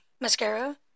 mascara